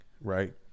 Right